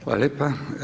Hvala lijepa.